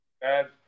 bad